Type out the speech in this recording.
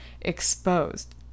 exposed